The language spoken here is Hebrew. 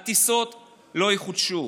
הטיסות לא יחודשו.